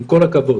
עם כל הכבוד.